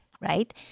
right